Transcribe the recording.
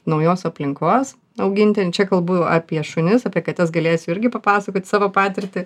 naujos aplinkos augintin čia kalbu apie šunis apie kates galėsiu irgi papasakot savo patirtį